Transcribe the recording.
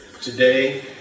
Today